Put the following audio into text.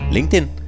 LinkedIn